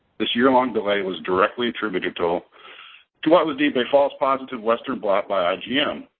this year-long delay was directly attributed to to what was deemed a false positive western blot by and yeah um